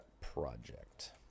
Project